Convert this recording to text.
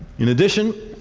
in addition,